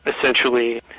Essentially